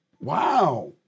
Wow